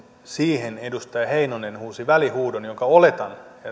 siihen edustaja heinonen huusi välihuudon jonka oletan